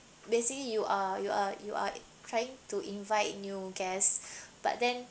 basically you are you are you are trying to invite new guests but then